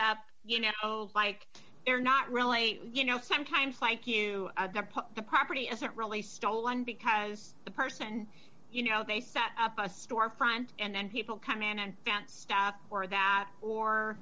up you know like they're not really you know sometimes like you the property isn't really stolen because the person you know they set up a storefront and then people come in and dance staff or that or